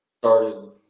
started